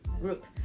group